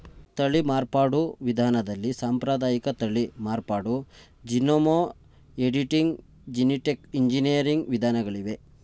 ತಳಿ ಮಾರ್ಪಾಡು ವಿಧಾನದಲ್ಲಿ ಸಾಂಪ್ರದಾಯಿಕ ತಳಿ ಮಾರ್ಪಾಡು, ಜೀನೋಮ್ ಎಡಿಟಿಂಗ್, ಜೆನಿಟಿಕ್ ಎಂಜಿನಿಯರಿಂಗ್ ವಿಧಾನಗಳಿವೆ